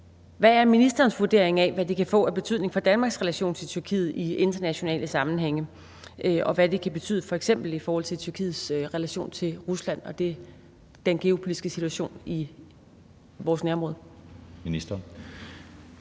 Hvad er ministerens vurdering af, hvad det kan få af betydning for Danmarks relation til Tyrkiet i internationale sammenhænge, og hvad det kan betyde f.eks. i forhold til Tyrkiets relation til Rusland og den geopolitiske situation i vores nærområde? Kl.